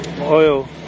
oil